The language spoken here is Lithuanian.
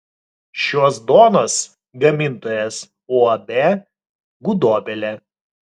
šios duonos gamintojas uab gudobelė